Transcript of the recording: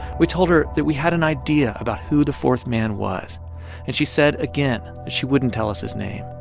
we told her that we had an idea about who the fourth man was, and she said, again, that she wouldn't tell us his name.